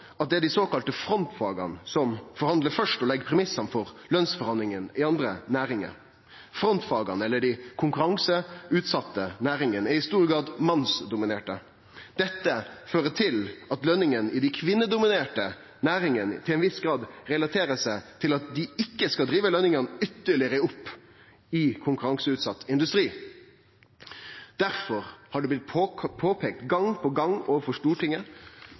at det er dei såkalla frontfaga som forhandlar først og legg premissane for lønsforhandlingane i andre næringar. Frontfaga, eller dei konkurranseutsette næringane, er i stor grad mannsdominerte. Dette fører til at lønene i dei kvinnedominerte næringane til ein viss grad relaterer seg til at dei ikkje skal drive lønene ytterlegare opp i konkurranseutsett industri. Difor har det blitt peika på gang på gang overfor Stortinget